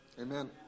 Amen